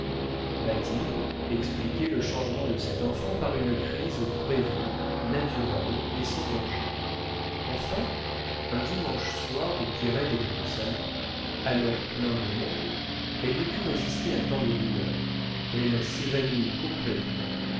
bathilde expliquait le changement de cette enfant par une crise prévue naturelle et sans danger enfin un dimanche soir où pierrette était au salon alors plein de monde elle ne put résister à tant de douleurs elle s'évanouit complétement